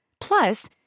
Plus